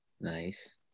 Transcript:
nice